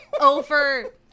over